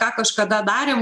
ką kažkada darėm